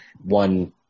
One